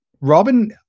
Robin